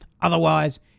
Otherwise